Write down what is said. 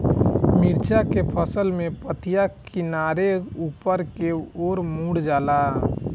मिरचा के फसल में पतिया किनारे ऊपर के ओर मुड़ जाला?